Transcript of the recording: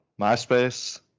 MySpace